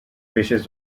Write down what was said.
wishes